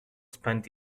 spent